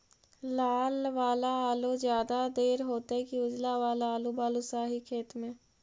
लाल वाला आलू ज्यादा दर होतै कि उजला वाला आलू बालुसाही खेत में?